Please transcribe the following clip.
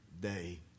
day